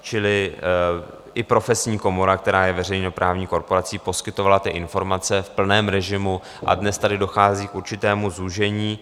Čili i profesní komora, která je veřejnoprávní korporací, poskytovala ty informace v plném režimu a dnes tady dochází k určitému zúžení.